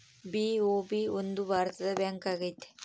BOB ಒಂದು ಭಾರತದ bank ಆಗೈತೆ